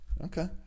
Okay